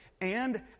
And